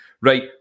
Right